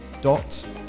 dot